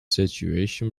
situation